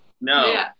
No